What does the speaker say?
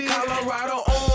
Colorado